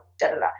da-da-da